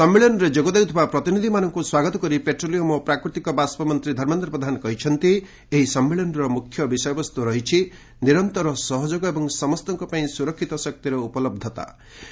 ସମ୍ମିଳନୀରେ ଯୋଗ ଦେଉଥିବା ପ୍ରତିନିଧିମାନଙ୍କୁ ସ୍ୱାଗତ କରି ପେଟ୍ରୋଲିୟମ୍ ଓ ପ୍ରାକୃତିକ ବାଷ୍କ ମନ୍ତ୍ରୀ ଧର୍ମେନ୍ଦ୍ର ପ୍ରଧାନ କହିଛନ୍ତି ଏହି ସମ୍ମିଳନୀର ମୁଖ୍ୟ ବିଷୟବସ୍ତୁ ରହିଛି 'ନିରନ୍ତର ସହଯୋଗ ଏବଂ ସମସ୍ତଙ୍କ ପାଇଁ ସୁରକ୍ଷିତ ଶକ୍ତିର ଉପଲହ୍ଧତା'